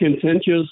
contentious